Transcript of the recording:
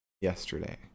yesterday